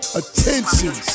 attention